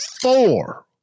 four